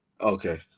Okay